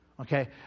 Okay